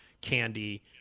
candy